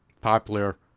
popular